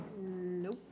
Nope